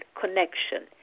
Connection